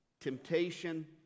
temptation